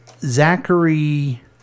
Zachary